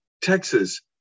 texas